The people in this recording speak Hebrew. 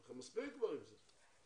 מספיק עם זה.